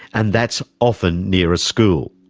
and that's often near a school.